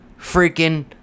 freaking